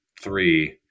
three